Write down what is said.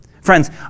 Friends